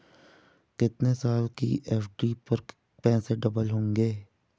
कितने साल की एफ.डी पर पैसे डबल होंगे?